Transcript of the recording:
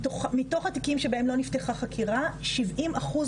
מתוך התיקים שבהם לא נפתחה חקירה 70 אחוז